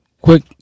quick